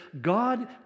God